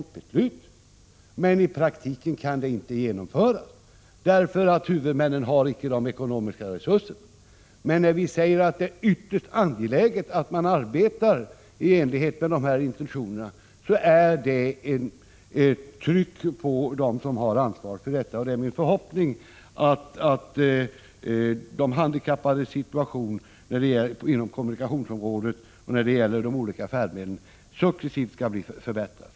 Men i praktiken kan beslutet inte genomföras därför att huvudmännen inte har de ekonomiska resurserna. När vi säger att det är ytterst angeläget att man arbetar i enlighet med de nya intentionerna utövar emellertid detta ett tryck på dem som har ansvaret för saken, och det är min förhoppning att de handikappades situation inom Prot. 1986/87:7 kommunikationsområdet och när det gäller de olika färdmedlen successivt 15 oktober 1986 skall förbättras. Trafikpolitiska frågor